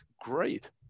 great